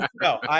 No